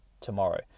tomorrow